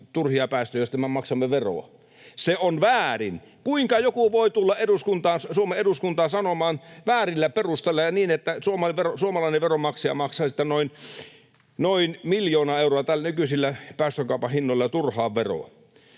turhia päästöjä, joista me maksamme veroa. Se on väärin. Kuinka joku voi tulla Suomen eduskuntaan sanomaan väärillä perusteilla ja niin, että suomalainen veronmaksaja maksaa siitä noin miljoona euroa nykyisillä päästökaupan hinnoilla turhaan veroa?